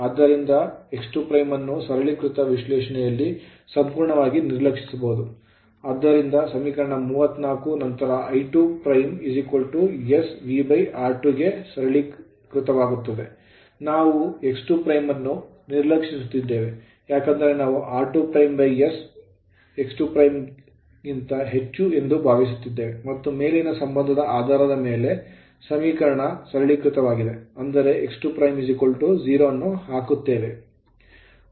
ಆದ್ದರಿಂದ ಆ x 2 ಅನ್ನು ಸರಳೀಕೃತ ವಿಶ್ಲೇಷಣೆಯಲ್ಲಿ ಸಂಪೂರ್ಣವಾಗಿ ನಿರ್ಲಕ್ಷಿಸಬಹುದು ಆದ್ದರಿಂದ ಸಮೀಕರಣ 34 ನಂತರ I2 svr2 ಗೆ ಸರಳೀಕರಿಸಲಾಗುತ್ತದೆ ನಾವು x2 ಅನ್ನು ನಿರ್ಲಕ್ಷಿಸುತ್ತಿದ್ದೇವೆ ಏಕೆಂದರೆ ನಾವು r2s x2 ಗಿಂತ ಹೆಚ್ಚು ಎಂದು ಭಾವಿಸುತ್ತಿದ್ದೇವೆ ಮತ್ತು ಮೇಲಿನ ಸಂಬಂಧದ ಆಧಾರದ ಮೇಲೆ ಸಮೀಕರಣ 35 ಅನ್ನು ಮತ್ತಷ್ಟು ಸರಳೀಕರಿಸುವುದು ಅಂದರೆ x 2 0 ಅನ್ನು ಹಾಕುತ್ತವೆ